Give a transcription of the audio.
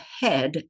head